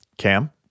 Cam